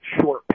short